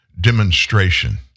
demonstration